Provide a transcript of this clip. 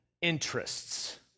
interests